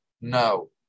No